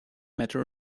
matter